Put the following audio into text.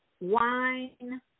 wine